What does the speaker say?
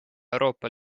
euroopa